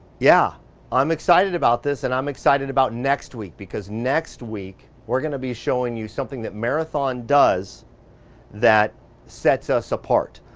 yeah i'm excited about this and i'm excited about next week because next week, we're gonna be showing you something that marathon does that sets us apart,